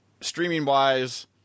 streaming-wise